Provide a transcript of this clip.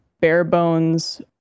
bare-bones